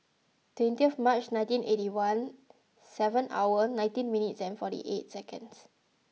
twenty of March nineteen eighty one seven hour nineteen minutes and forty eight seconds